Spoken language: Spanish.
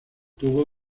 tuvo